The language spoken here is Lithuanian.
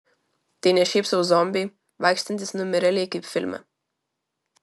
tai ne šiaip sau zombiai vaikštantys numirėliai kaip filme